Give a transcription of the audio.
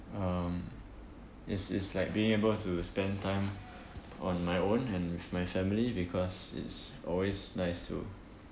um is is like being able to spend time on my own and with my family because it's always nice to